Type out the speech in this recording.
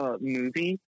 movie